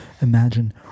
Imagine